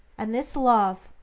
and this love,